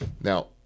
Now